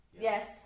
Yes